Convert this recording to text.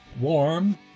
warm